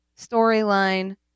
storyline